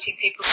people